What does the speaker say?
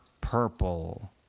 purple